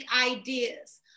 ideas